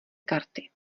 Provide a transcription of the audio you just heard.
karty